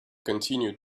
continue